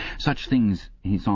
such things, he saw,